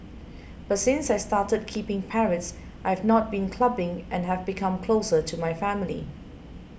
but since I started keeping parrots I've not been clubbing and have become closer to my family